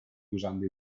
usando